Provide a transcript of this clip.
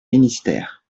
ministères